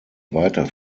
weiter